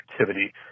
activity